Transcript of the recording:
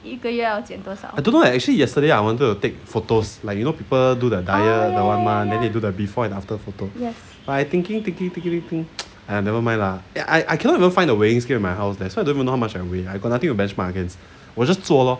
I don't know leh actually yesterday I wanted to take photos like you know people do the diet for one month then they do the before and after photo but I thinking thinking thinking !aiya! never mind lah I I I cannot even find the weighing scale in my house that's why don't even know not how much I weigh I got nothing to benchmark against 我 just 做 lor